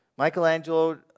Michelangelo